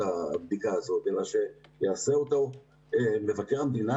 הבדיקה הזאת אלא שיעשה אותה מבקר המדינה,